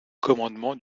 commandement